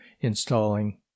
installing